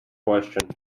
question